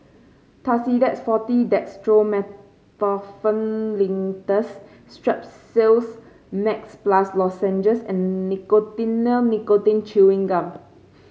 Tussidex Forte Dextromethorphan Linctus Strepsils Max Plus Lozenges and Nicotinell Nicotine Chewing Gum